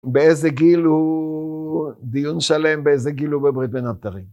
באיזה גיל הוא דיון שלם, באיזה גיל הוא בברית בין הבתרים.